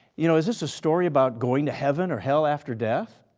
you know is this a story about going to heaven or hell after death?